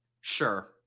sure